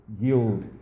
yield